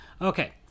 Okay